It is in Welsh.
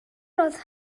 ailadrodd